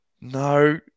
No